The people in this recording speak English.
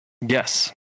Yes